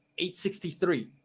863